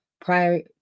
prior